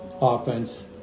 offense